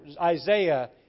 Isaiah